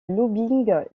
lobbying